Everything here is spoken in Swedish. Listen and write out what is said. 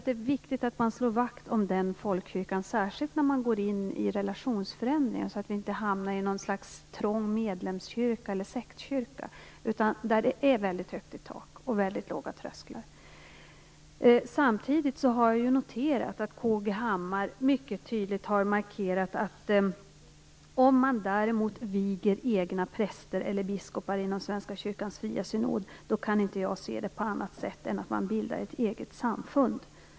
Det är viktigt att vi slår vakt om den folkkyrkan, särskilt när man går in i relationsförändringar, så att vi inte hamnar i något slags trång medlemskyrka eller sektkyrka, utan där det är högt i tak och låga trösklar. Samtidigt har jag noterat att K.G. Hammar mycket tydligt har markerat detta: Om man däremot viger egna präster eller biskopar inom Svenska kyrkans fria synod kan jag inte se det på annat sätt än att man bildar ett eget samfund.